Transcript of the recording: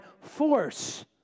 force